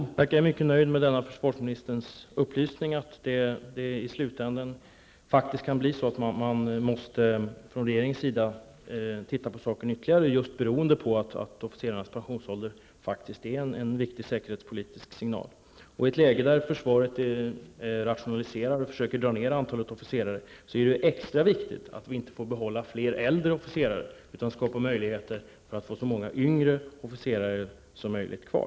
Herr talman! Jag är mycket nöjd med försvarsministerns upplysning att det i slutändan faktiskt kan bli så att man från regeringens sida måste titta på frågan ytterligare, beroende på att officerarnas pensionsålder utgör en viktig säkerhetspolitisk signal. I ett läge där försvaret rationaliserar och försöker dra ned antalet officerare är det extra viktigt att vi inte får behålla fler äldre officerare. Det måste skapas möjligheter att få så många yngre officerare som möjligt kvar.